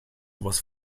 was